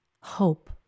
hope